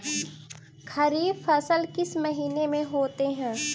खरिफ फसल किस महीने में होते हैं?